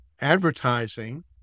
advertising